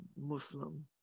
Muslim